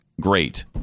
great